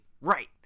Right